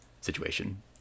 situation